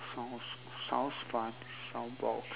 sounds sounds fun soundbox